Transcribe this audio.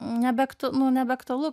nebeaktu nu nebeaktualu